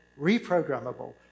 reprogrammable